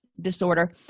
disorder